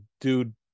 dude